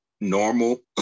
normal